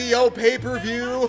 Pay-Per-View